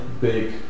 big